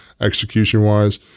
execution-wise